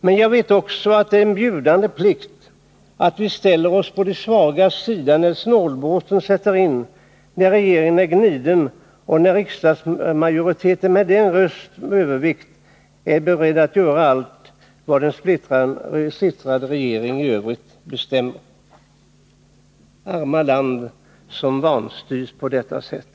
Men jag vet också att det är en bjudande plikt att vi ställer oss på de svagas sida när snålblåsten sätter in, när regeringen är gniden och när riksdagsmajoriteten med en rösts övervikt är beredd att göra allt vad en i övrigt splittrad regering bestämt. Arma land som vanstyrs på detta sätt!